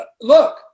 look